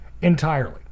entirely